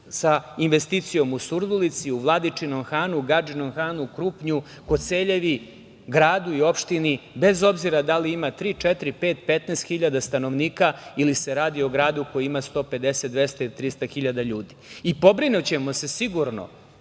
sa investicijom u Surdulici, u Vladičinom Hanu, Gadžinom Hanu, Krupnju, Koceljevi, gradu i opštini, bez obzira da li ima tri, četiri, pet, 15 hiljada stanovnika ili se radi o gradu koji ima 150, 200 ili 300 hiljada ljudi. Pobrinućemo se sigurno